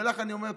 ולך אני אומר,